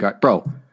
Bro